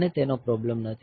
મને તેનો પ્રોબ્લેમ નથી